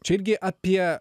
čia irgi apie